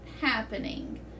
happening